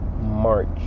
March